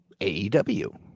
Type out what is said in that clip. AEW